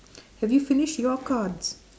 have you finished your cards